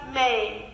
made